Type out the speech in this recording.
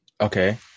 Okay